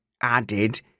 added